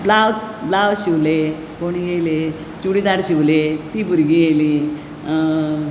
blouse blouse शिवलें कोण येलें चुडिदार शिवलें तीं भुरगीं येली